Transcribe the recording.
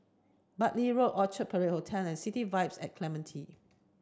Bartley Walk Orchard Parade Hotel and City Vibe at Clementi